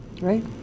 Right